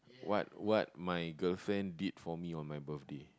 what what my girlfriend did for me on my birthday